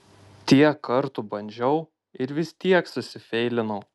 tiek kartų bandžiau ir vis tiek susifeilinu